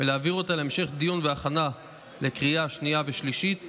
ולהעביר אותה להמשך דיון והכנה לקריאה שנייה ושלישית